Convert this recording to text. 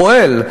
פועל.